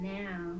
now